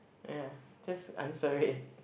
ya just answer it